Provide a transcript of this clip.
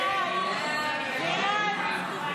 הסתייגות 181 לא